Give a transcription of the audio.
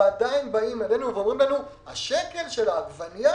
ועדיין באים אלינו ואומרים לנו: השקל של העגבנייה,